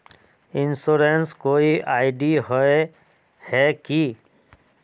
Insurance कोई ID होय है की?